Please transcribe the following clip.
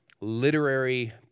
literary